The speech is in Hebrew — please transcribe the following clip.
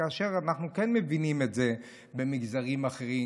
כאשר אנחנו כן מבינים את זה במגזרים אחרים,